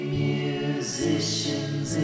musicians